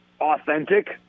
authentic